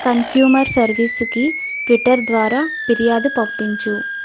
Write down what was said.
consumer సర్వీస్కి Twitter ద్వారా ఫిర్యాదు పంపించు